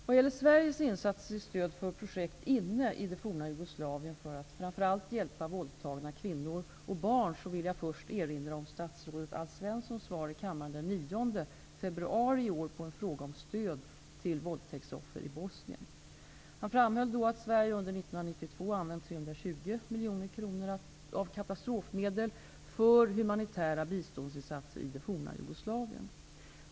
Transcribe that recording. Vad gäller Sveriges insatser till stöd för projekt inne i det forna Jugoslavien för att framför allt hjälpa våldtagna kvinnor och barn, vill jag först erinra om statsrådet Alf Svenssons svar i kammaren den 9 februari i år på en fråga om stöd till våldtäktsoffer i Bosnien. Han framhöll då, att Sverige under 1992 använt 320 miljoner kronor av katastrofmedel för humanitära biståndsinsatser i det forna Jugoslavien.